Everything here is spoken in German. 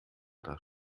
das